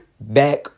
back